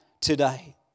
today